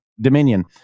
Dominion